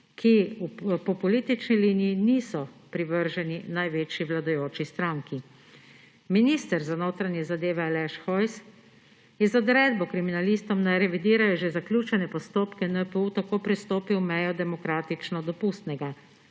ki po politični liniji niso privrženi največji vladajoči stranki. Minister za notranje zadeve Aleš Hojs je z odredbo kriminalistom, naj revidirajo že zaključene postopke NPU, tako prestopil mejo demokratično dopustnega,